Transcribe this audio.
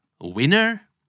winner